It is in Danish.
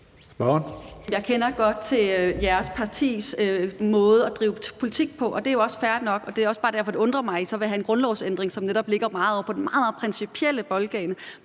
Jeg kender godt til jeres partis måde at drive politik på, og det er jo også fair nok. Det er også bare derfor, det undrer mig, at I så vil have en grundlovsændring, som netop ligger på den meget, meget principielle boldbane,